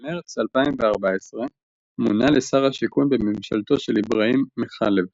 במרץ 2014 מונה לשר השיכון בממשלתו של אבראהים מחלב